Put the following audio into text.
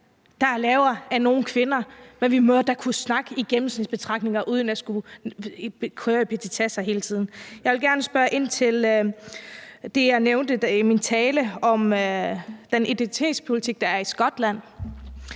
der er lavere end nogle kvinder, men vi må da kunne snakke i gennemsnitsbetragtninger uden at skulle gå ned i petitesser hele tiden. Jeg vil gerne spørge ind til noget, jeg nævnte i min tale, om den identitetspolitik, der er i Skotland.